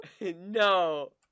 No